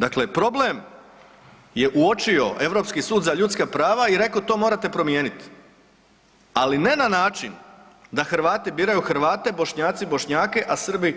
Dakle, problem je uočio Europski sud za ljudska prava i rekao to morate promijenit, ali ne na način da Hrvati biraju Hrvate, Bošnjaci Bošnjake, a Srbi